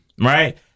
right